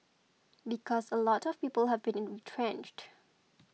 because a lot of people have been retrenched